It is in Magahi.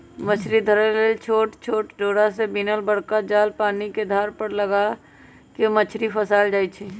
मछरी धरे लेल छोट छोट डोरा से बिनल बरका जाल पानिके धार पर लगा कऽ मछरी फसायल जाइ छै